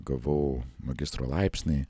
gavau magistro laipsnį